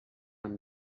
amb